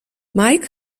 mike